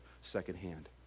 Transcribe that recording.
secondhand